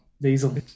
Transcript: diesel